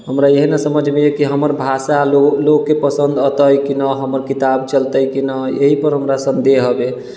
हमरा इएहे नहि समझमे हय कि हमर भाषा लोकके पसन्द औतय कि नहि हमर किताब चलतै कि नहि एहीपर हमरा सन्देह हवे